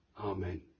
Amen